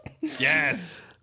Yes